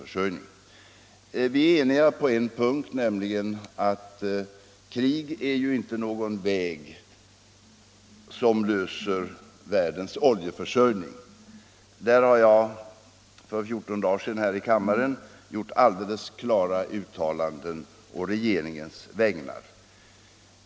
Tisdagen den Vi är eniga på en punkt, nämligen om att krig inte är någon väg till 4 februari 1975 en lösning av världens oljeförsörjningsproblem. Därvidlag har jag för. I 14 dagar sedan här i kammaren gjort alldeles klara uttalanden å rege — Om USA:s hållning ringens vägnar.